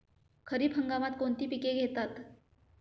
खरीप हंगामात कोणती पिके घेतात?